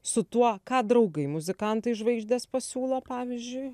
su tuo ką draugai muzikantai žvaigždės pasiūlo pavyzdžiui